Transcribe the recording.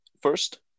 first